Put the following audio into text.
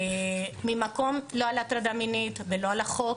לא ממקום של הטרדה מינית ולא על החוק,